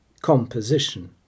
composition